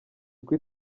uko